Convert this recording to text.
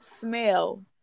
smell